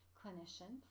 clinician